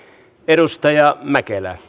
arvoisa puhemies